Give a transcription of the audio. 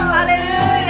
Hallelujah